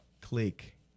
click